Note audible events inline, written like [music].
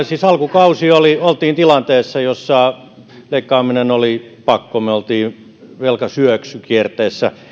[unintelligible] siis alkukausi oltiin tilanteessa jossa leikkaaminen oli pakko me olimme velkasyöksykierteessä